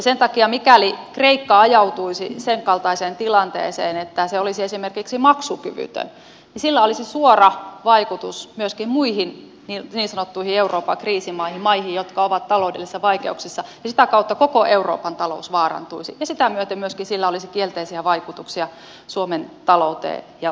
sen takia mikäli kreikka ajautuisi sen kaltaiseen tilanteeseen että se olisi esimerkiksi maksukyvytön sillä olisi suora vaikutus myöskin muihin niin sanottuihin euroopan kriisimaihin maihin jotka ovat taloudellisissa vaikeuksissa ja sitä kautta koko euroopan talous vaarantuisi ja sitä myöten myöskin sillä olisi kielteisiä vaikutuksia suomen talouteen ja työllisyyteen